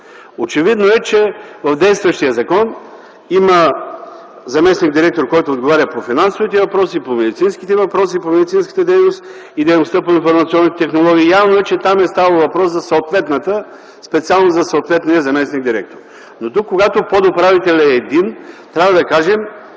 Очевидно е, че в действащия закон има заместник-директор, който отговаря по финансовите въпроси, по медицинските въпроси - медицинската дейност, и дейността по информационните технологии. Явно е, че там е ставало въпрос за съответната специалност, за съответния заместник-директор. Тук когато подуправителят е един и има минимум